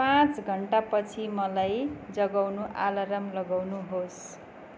पाँच घन्टापछि मलाई जगाउनु अलार्म लगाउनुहोस्